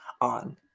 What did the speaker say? on